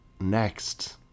next